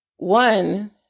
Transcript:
one